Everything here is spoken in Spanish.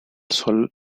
sol